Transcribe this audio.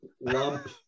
lump